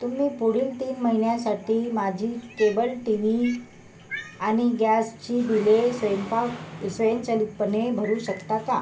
तुम्ही पुढील तीन महिन्यांसाठी माझी केबल टी वी आणि गॅसची बिले स्वैंपाक स्वयंचलितपणे भरू शकता का